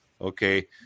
Okay